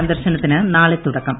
സന്ദർശനത്തിന് നാളെ തുടക്കം